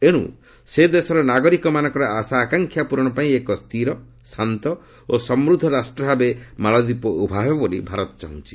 ଏଣୁ ସେ ଦେଶର ନାଗରିକମାନଙ୍କର ଆଶା ଆକାଂକ୍ଷା ପ୍ରରଣ ପାଇଁ ଏକ ସ୍ଥିର ଶାନ୍ତ ଓ ସମୃଦ୍ଧ ରାଷ୍ଟ୍ର ଭାବେ ମାଳଦ୍ୱୀପ ଉଭା ହେବ ବୋଲି ଭାରତ ଚାହୁଁଛି